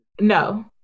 no